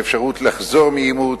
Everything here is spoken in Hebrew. האפשרות לחזור מאימוץ,